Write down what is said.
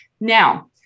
Now